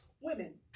Women